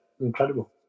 Incredible